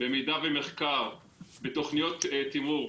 במידע ומחקר, בתוכניות תמרור.